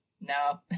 no